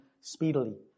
speedily